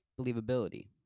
believability